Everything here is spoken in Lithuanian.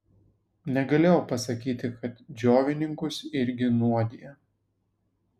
negalėjau pasakyti kad džiovininkus irgi nuodija